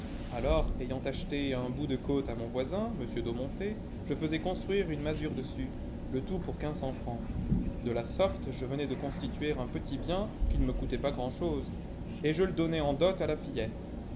alors ayant acheté un bout de cote à mon voisin m d'aumonté je faisais construire une masure dessus le tout pour quinze cents fi ancs de la sorte je venais de constituer un petit bien qui ne me coûtait pas grand'chose et je le donnais en dot à la fillette